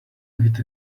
hid